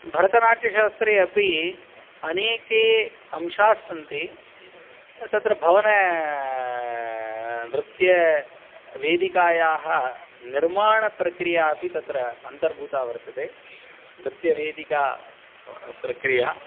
भरतनाट्यशास्त्रे अपि अनेके अंशास्सन्ति तत्र भावना नृत्यवेदिकायाः निर्माणप्रक्रिया अपि तत्र अन्तर्भूता वर्तते नृत्यवेदिका प्रक्रिया